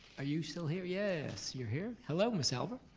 are you still here? yes, you're here, hello miss albert.